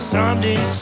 Someday